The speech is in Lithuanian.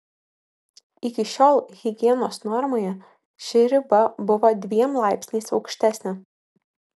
iki šiol higienos normoje ši riba buvo dviem laipsniais aukštesnė